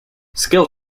skill